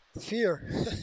Fear